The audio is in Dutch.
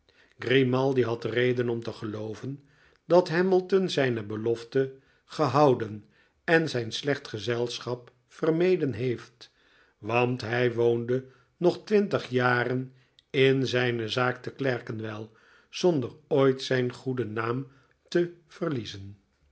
grimaldi had reden om te gelooven dat hamilton zijne beloften gehouden en zijn slecht gezelschap vermeden heeft want hij woonde nog twintig jaren in zijne zaak te ci er kenwell zonder ooit zijn goeden naam te verliezen